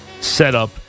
setup